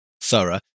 thorough